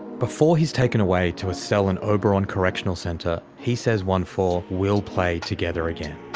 before he's taken away to a cell in oberon correctional centre he says onefour will play together again.